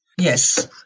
Yes